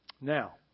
Now